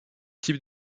type